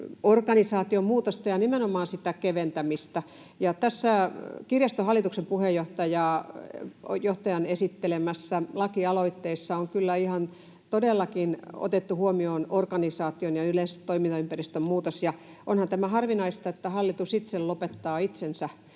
organisaation muutos ja nimenomaan sen keventäminen. Tässä kirjaston hallituksen puheenjohtajan esittelemässä lakialoitteessa on kyllä todellakin otettu huomioon organisaation ja yleisen toimintaympäristön muutos. Onhan tämä harvinaista, että hallitus itse lopettaa itsensä,